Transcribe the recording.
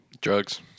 Drugs